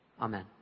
Amen